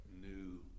new